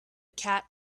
cat